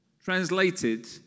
Translated